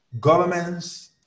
Governments